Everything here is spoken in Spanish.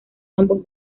ambos